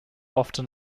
often